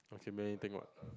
can many things what